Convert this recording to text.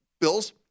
Bills